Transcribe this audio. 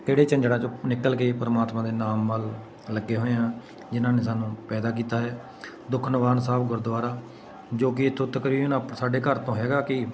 ਕਿਹੜੇ ਝੰਜਟਾਂ ਚੋਂ ਨਿਕਲ ਕੇ ਪਰਮਾਤਮਾ ਦੇ ਨਾਮ ਵੱਲ ਲੱਗੇ ਹੋਏ ਹਾਂ ਜਿਨਾਂ ਨੇ ਸਾਨੂੰ ਪੈਦਾ ਕੀਤਾ ਹੈ ਦੁਖਨਿਵਰਾਨ ਸਾਹਿਬ ਗੁਰਦੁਆਰਾ ਜੋ ਕਿ ਇੱਥੋਂ ਤਕਰੀਬਨ ਸਾਡੇ ਘਰ ਤੋਂ ਹੈਗਾ ਕਿ